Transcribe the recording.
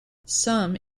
some